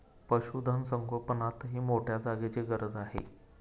पशुधन संगोपनातही मोठ्या जागेची गरज आहे